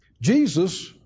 Jesus